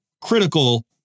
Critical